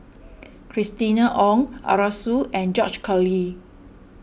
Christina Ong Arasu and George Collyer